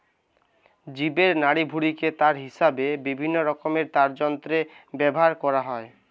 জীবের নাড়িভুঁড়িকে তার হিসাবে বিভিন্নরকমের তারযন্ত্রে ব্যাভার কোরা হয়